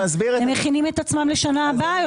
הם מכינים את עצמם לשנה הבאה,